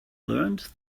learned